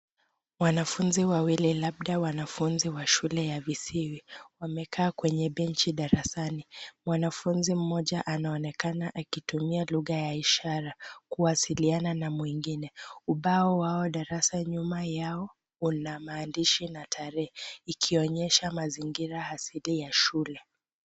Wanafunzi wawili labda wanafunzi ya shule ya viziwi wamekaa kwenye benchi darasani. Mwanafunzi mmoja anaonekana akitumia lugha ya ishara kuwasiliana na mwingine. Ubao wao darasa nyuma yao una maandishi na tarehe ikionyesha mazingira asili ya shule.